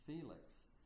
Felix